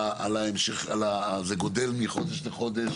וזה גדל מחודש לחודש.